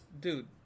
Dude